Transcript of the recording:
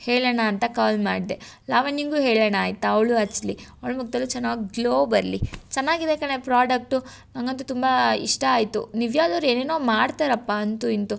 ಹೇಳೋಣ ಅಂತ ಕಾಲ್ ಮಾಡಿದೆ ಲಾವಣ್ಯನಿಗು ಹೇಳೋಣ ಆಯಿತಾ ಅವಳು ಹಚ್ಲಿ ಅವ್ಳ ಮುಕ್ದಲ್ಲು ಚೆನ್ನಾಗಿ ಗ್ಲೋ ಬರಲಿ ಚೆನ್ನಾಗಿದೆ ಕಣೇ ಪ್ರಾಡಕ್ಟು ನಂಗಂತು ತುಂಬ ಇಷ್ಟ ಆಯಿತು ನಿವಿಯಾದವ್ರು ಏನೇನೋ ಮಾಡ್ತಾರಪ್ಪ ಅಂತು ಇಂತು